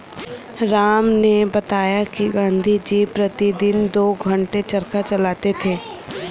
राम ने बताया कि गांधी जी प्रतिदिन दो घंटे चरखा चलाते थे